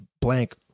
Blank